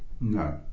No